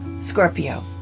scorpio